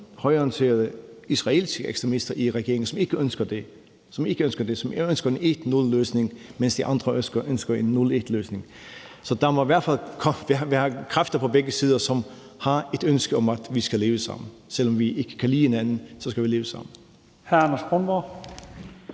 højreorienterede israelske ekstremister i regeringen, som ikke ønsker det, men som ønsker en 1-0-løsning, mens de andre ønsker en 0-1-løsning. Så der må i hvert fald være kræfter på begge sider, som har et ønske om, at vi skal leve sammen, altså om, at selv om vi ikke kan lide hinanden, så skal vi leve sammen. Kl. 00:55 Første